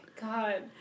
god